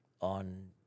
on